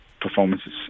performances